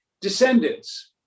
descendants